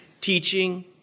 teaching